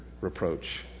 reproach